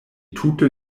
tute